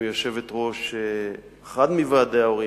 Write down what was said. עם יושבת-ראש אחד מוועדי ההורים,